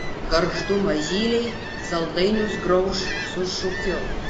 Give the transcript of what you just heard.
gargždų mažyliai saldainius grauš su šūkiu